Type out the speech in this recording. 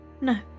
No